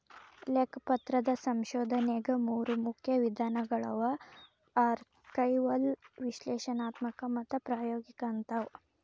ಲೆಕ್ಕಪತ್ರದ ಸಂಶೋಧನೆಗ ಮೂರು ಮುಖ್ಯ ವಿಧಾನಗಳವ ಆರ್ಕೈವಲ್ ವಿಶ್ಲೇಷಣಾತ್ಮಕ ಮತ್ತು ಪ್ರಾಯೋಗಿಕ ಅಂತವ